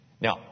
Now